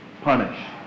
Punish